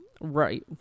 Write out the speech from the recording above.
right